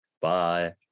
Bye